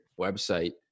website